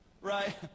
right